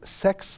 sex